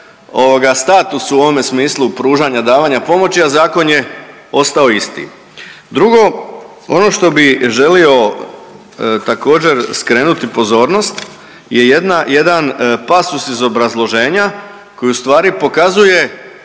status u ovome smislu pružanja-davanja pomoći, a zakon je ostao isti. Drugo, ono što bi želio također skrenuti pozornost je jedan pasus iz obrazloženja koji ustvari pokazuje